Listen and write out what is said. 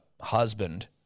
husband